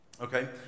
okay